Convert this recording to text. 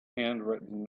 handwritten